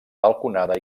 balconada